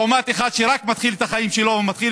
לעומת אחד שרק מתחיל את החיים שלו ומתחיל